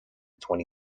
twenty